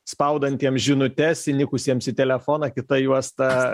spaudantiems žinutes įnikusiems į telefoną kita juosta